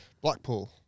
Blackpool